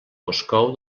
moscou